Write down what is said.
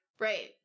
Right